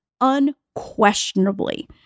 unquestionably